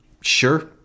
sure